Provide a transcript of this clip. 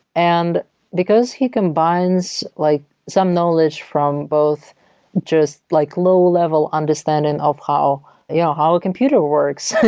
and because he combines like some knowledge from both just like low-level understanding of how yeah how a computer works,